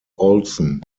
olson